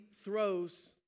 throws